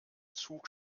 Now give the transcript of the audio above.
zug